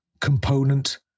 component